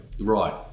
Right